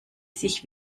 sich